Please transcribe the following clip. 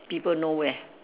people nowhere